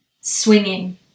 swinging